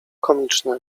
komiczne